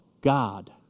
God